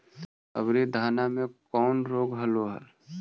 अबरि धाना मे कौन रोग हलो हल?